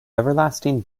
everlasting